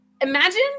Imagine